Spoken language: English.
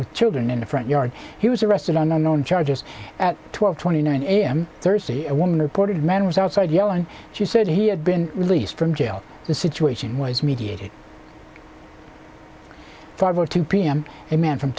with children in the front yard he was arrested on unknown charges at twelve twenty nine a m thursday a woman reported man was outside yellen she said he had been released from jail the situation was mediated five o two p m a man from